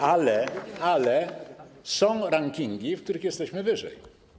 Ale są rankingi, w których jesteśmy wyżej.